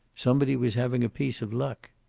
somebody was having a piece of luck.